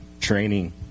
training